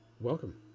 welcome